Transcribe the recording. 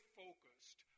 focused